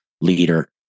leader